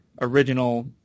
original